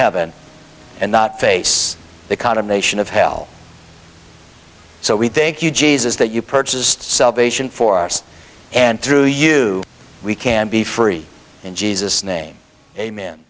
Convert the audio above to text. heaven and not face the condemnation of hell so we thank you jesus that you purchased salvation for us and through you we can be free in jesus name a